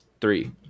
three